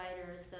writers